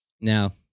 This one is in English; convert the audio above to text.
Now